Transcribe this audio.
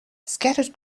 scattered